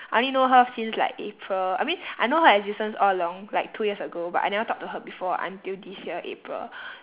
I only know her since like april I mean I know her existence all along like two years ago but I never talk to her before until this year april